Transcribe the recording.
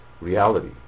reality